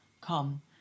come